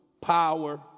power